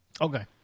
Okay